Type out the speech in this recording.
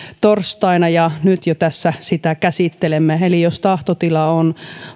torstaina ja nyt jo tässä sitä käsittelemme eli jos tahtotilaa on